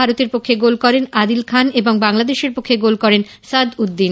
ভারতের পেক্ষে গোল করেন আদিল খান এবং বাংলাদেশের পক্ষে গোল করেন সাদ উদ্দিন